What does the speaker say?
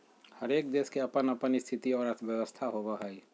हरेक देश के अपन अपन स्थिति और अर्थव्यवस्था होवो हय